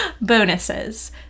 bonuses